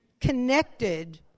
connected